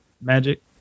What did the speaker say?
magic